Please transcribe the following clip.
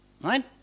right